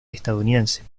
estadounidense